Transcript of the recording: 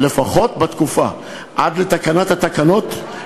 לפחות בתקופה עד להתקנת התקנות,